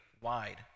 wide